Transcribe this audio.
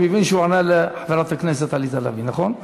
אני מבין שהוא ענה לחברת הכנסת עליזה לביא, נכון?